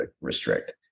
restrict